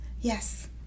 Yes